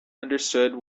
understood